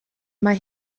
mae